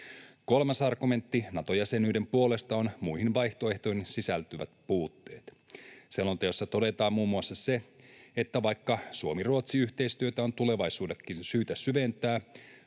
Kolmas argumentti Nato-jäsenyyden puolesta on muihin vaihtoehtoihin sisältyvät puutteet. Selonteossa todetaan muun muassa se, että vaikka Suomi—Ruotsi-yhteistyötä on tulevaisuudessakin syytä syventää,